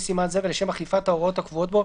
סימן זה ולשם אכיפת ההוראות הקבועות בו,